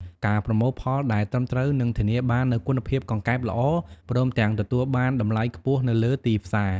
ការប្រមូលផលដែលត្រឹមត្រូវនឹងធានាបាននូវគុណភាពកង្កែបល្អ ព្រមទាំងទទួលបានតម្លៃខ្ពស់នៅលើទីផ្សារ។